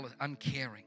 uncaring